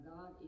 God